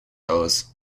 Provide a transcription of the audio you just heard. aus